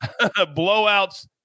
blowouts